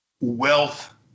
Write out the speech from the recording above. wealth